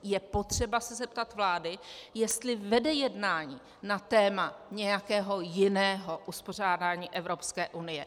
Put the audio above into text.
Je potřeba se zeptat vlády, jestli vede jednání na téma nějakého jiného uspořádání Evropské unie.